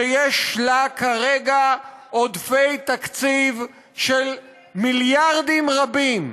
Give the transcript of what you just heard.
שיש לה כרגע עודפי תקציב של מיליארדים רבים,